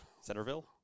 Centerville